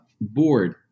board